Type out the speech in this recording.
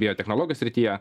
biotechnologijų srityje